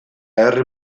herri